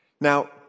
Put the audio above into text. Now